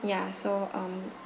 ya so um